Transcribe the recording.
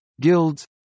guilds